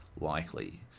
likely